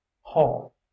hall